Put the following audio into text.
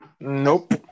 Nope